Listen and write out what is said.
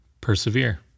persevere